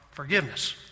forgiveness